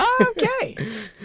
Okay